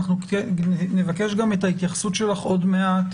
אנחנו נבקש גם את ההתייחסות שלך עוד מעט